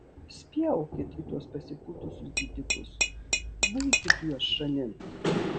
spjaukit į tuos pasipūtusius didikus guikit juos šalin